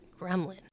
Gremlin